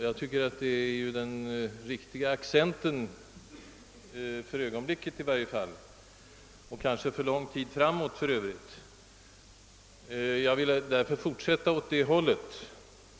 Jag tycker att detta är den riktiga accenten, i varje fall för ögonblicket och kanske rättare sagt för lång tid framåt. Jag vill därför fortsätta åt det hållet.